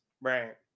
right